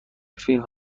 فیلم